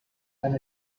han